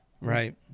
Right